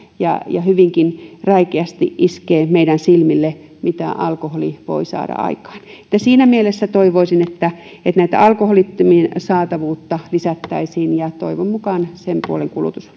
ja iskee hyvinkin räikeästi meidän silmillemme mitä alkoholi voi saada aikaan siinä mielessä toivoisin että että alkoholittomien saatavuutta lisättäisiin ja toivon mukaan sen puolen kulutus